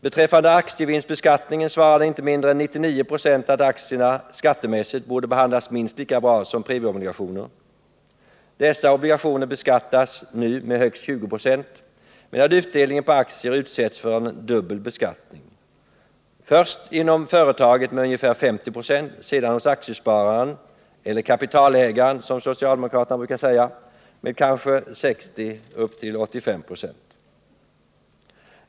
Beträffande aktievinstbeskattningen svarade inte mindre än 99 96 att aktierna skattemässigt borde behandlas minst lika bra som premieobligationer. Dessa obligationer beskattas nu med högst 20 96 , medan utdelningen på aktier utsätts för en dubbel beskattning, först inom företaget med ungefär 50 96 och sedan hos aktiespararen, eller kapitalägaren som socialdemokraterna brukar säga, med kanske 60 till 85 96.